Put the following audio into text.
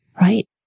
right